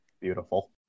Beautiful